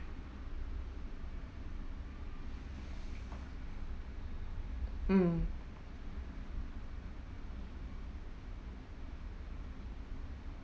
mm